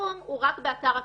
הפרסום הוא רק באתר הכנסת.